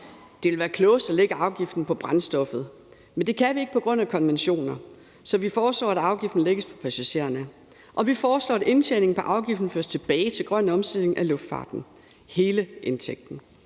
Det vil være klogest at lægge afgiften på brændstoffet, men det kan vi ikke på grund af konventioner, så vi foreslår, at afgiften lægges på passagererne, og vi foreslår, at indtjeningen på afgiften føres tilbage til grøn omstilling af luftfarten – hele indtægten.